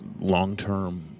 long-term